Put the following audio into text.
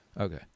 Okay